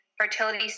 fertility